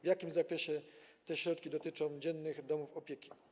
W jakim zakresie te środki dotyczą dziennych domów opieki?